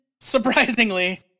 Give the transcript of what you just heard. surprisingly